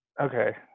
Okay